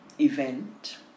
Event